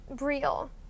real